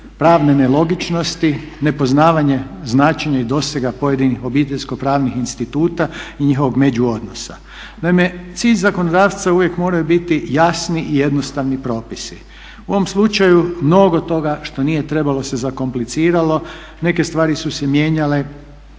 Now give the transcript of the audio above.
pravne nelogičnosti, nepoznavanje značenja i dosega pojedinih obiteljsko-pravnih instituta i njihovog međuodnosa. Naime, cilj zakonodavca uvijek moraju biti jasni i jednostavni propisi. U ovom slučaju mnogo toga što nije trebalo se zakompliciralo, neke stvari su se mijenjale,